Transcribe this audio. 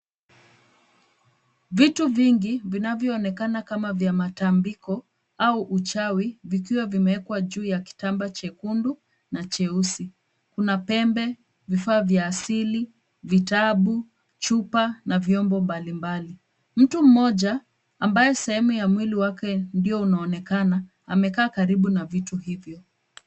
Vitu vingi vinavyoonekana kama vya matambiko au uchawi vikiwa vimewekwa juu ya kitamba chekundu na cheusi. Kuna pembe, vifaa vya asili, vitabu, chupa na vyombo mbalimbali. Mtu mmoja ambaye sehemu ya mwili wake ndio unaoonekana amekaa karibu na vitu hivyo.